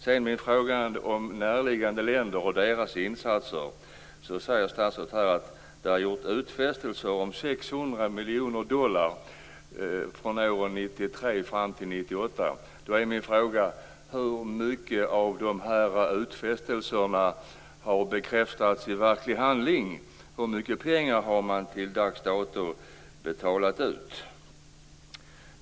På min fråga om närliggande länder och deras insatser svarar statsrådet att det har gjorts utfästelser om 600 miljoner dollar för åren 1993-1998. Då är min fråga: Hur mycket av de utfästelserna har bekräftats i verklig handling? Hur mycket pengar har man till dags dato betalat ut?